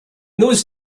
those